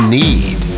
need